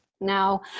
Now